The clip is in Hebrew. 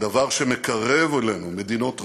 הדבר שמקרב אלינו מדינות רבות,